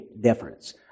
difference